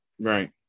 Right